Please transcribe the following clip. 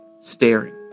staring